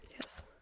Yes